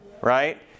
right